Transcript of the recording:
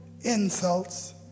insults